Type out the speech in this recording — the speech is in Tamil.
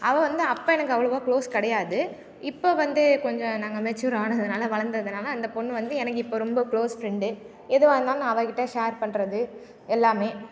அவள் வந்து அப்போ எனக்கு அவ்வளவா க்ளோஸ் கிடையாது இப்போ வந்து கொஞ்சம் நாங்கள் மெச்சூர் ஆனதினால வளர்ந்ததுனால அந்த பெண்ணு வந்து எனக்கு இப்போது ரொம்ப க்ளோஸ் ஃப்ரெண்டு எதுவாக இருந்தாலும் நான் அவள்கிட்ட ஷேர் பண்ணுறது எல்லாமே